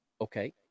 Okay